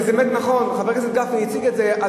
זה באמת נכון, חבר הכנסת גפני הציג את זה.